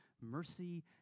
mercy